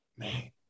man